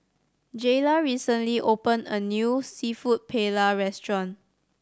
Jayla recently opened a new Seafood Paella Restaurant